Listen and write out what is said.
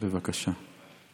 בבקשה.